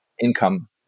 income